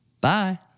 Bye